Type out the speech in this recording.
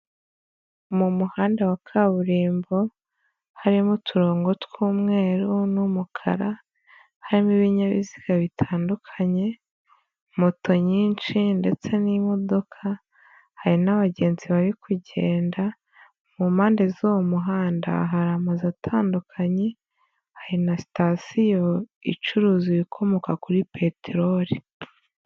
Mu muhanda wa kaburimbo harimo uturongo tw'umweru n'umukara, harimo ibinyabiziga bitandukanye moto nyinshi ndetse n'imodoka, hari n'abagenzi bari kugenda mu mpande z'uwo muhanda hari amazu atandukanye, hari na sitasiyo icuruza ibikomoka kuri peteroli.